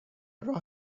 راه